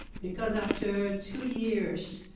because after two years